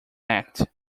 act